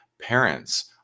parents